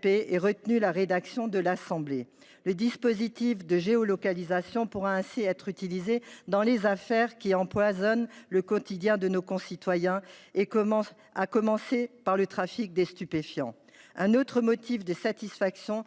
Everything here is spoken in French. paritaire ait retenu la rédaction de l’Assemblée nationale. Le dispositif de géolocalisation pourra ainsi être utilisé dans les affaires qui empoisonnent le quotidien de nos concitoyens, à commencer par le trafic de stupéfiants. Autre motif de satisfaction